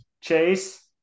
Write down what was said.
Chase